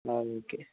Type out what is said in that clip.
ആ ഓക്കെ